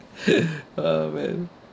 oh man